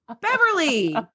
Beverly